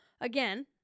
again